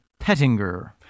Pettinger